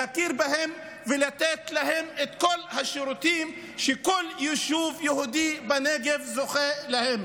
להכיר בהם ולתת להם את כל השירותים שכל יישוב יהודי בנגב זוכה להם.